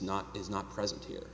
not is not present here